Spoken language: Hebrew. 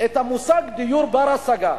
את המושג "דיור בר-השגה".